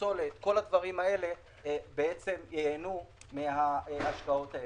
פסולת - כל הדברים האלה ייהנו מההשקעות האלו.